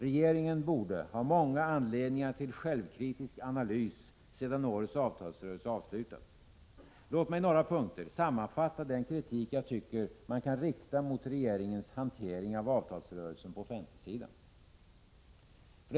Regeringen borde ha många anledningar till självkritisk analys sedan årets avtalsrörelse avslutats. Låt mig i några punkter sammanfatta den kritik jag tycker man kan rikta mot regeringens hantering av avtalsrörelsen på offentligsidan: 1.